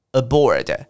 aboard 。